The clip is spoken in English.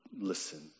listen